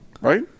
right